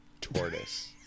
Tortoise